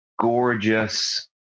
Gorgeous